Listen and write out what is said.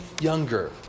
younger